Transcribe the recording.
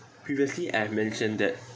previously I've mentioned that